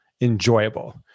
enjoyable